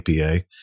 APA